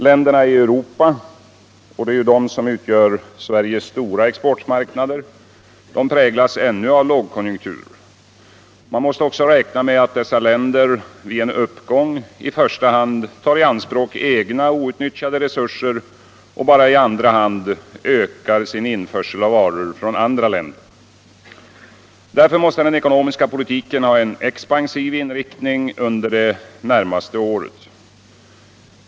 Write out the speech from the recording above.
Länderna i Europa, som utgör Sveriges stora exportmarknader, präglas ännu av lågkonjunktur. Man måste också räkna med att dessa länder vid en uppgång i första hand tar i anspråk egna outnyttjade resurser och bara i andra hand ökar sin införsel av varor från andra länder. Allmänpolitisk debatt Därför måste den ekonomiska politiken ha en expansiv inriktning under det närmaste året.